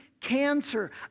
cancer